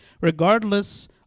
regardless